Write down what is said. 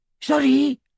Sorry